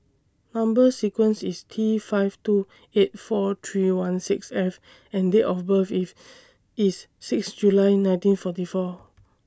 Number sequence IS T five two eight four three one six F and Date of birth If IS six July nineteen forty four